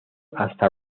hasta